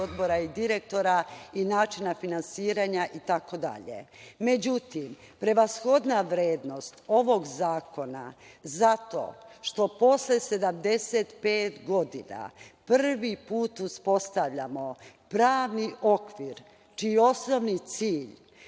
odbora i direktora, načina finansiranja itd.Međutim, prevashodna vrednost ovog zakona je zato što posle 75 godina prvi put uspostavljamo pravni okvir čiji je osnovni cilj